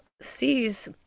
sees